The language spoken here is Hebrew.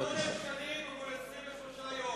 היושב-ראש, שמונה שנים מול 23 יום.